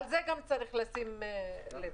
גם לזה צריך לשים לב.